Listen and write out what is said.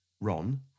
Ron